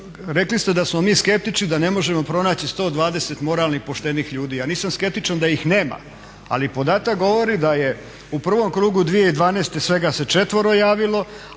Rekli ste da smo mi skeptični, da ne možemo pronaći 120 moralnih, poštenih ljudi. Ja nisam skeptičan da ih nema, ali podatak govori da je u prvom krugu 2012. svega se 4 javilo,